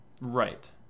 Right